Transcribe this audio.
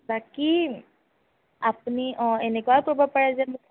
বাকী আপুনি অঁ এনেকুৱাও কৰিব পাৰে যে মোক